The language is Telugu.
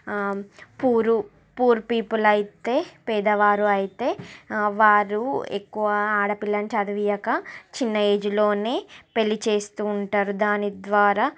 పూరు పూర్ పీపుల్ అయితే పేదవారు అయితే వారు ఎక్కువ ఆడపిల్లను చదివియ్యక చిన్న ఏజ్లోనే పెళ్ళి చేస్తూ ఉంటారు దాని ద్వారా